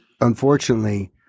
unfortunately